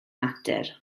natur